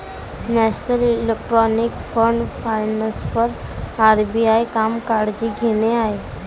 national electronic fund transfer RBI काम काळजी घेणे आहे